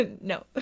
no